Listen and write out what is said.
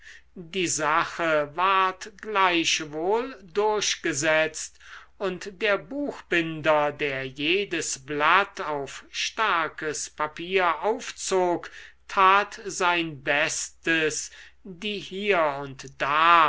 die sache ward gleichwohl durchgesetzt und der buchbinder der jedes blatt auf starkes papier aufzog tat sein bestes die hier und da